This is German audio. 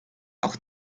auch